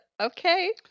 okay